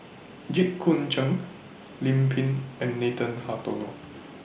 Jit Koon Ch'ng Lim Pin and Nathan Hartono